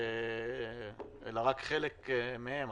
אלא רק חלק מהן.